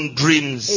dreams